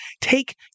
take